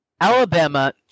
Alabama